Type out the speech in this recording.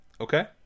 Okay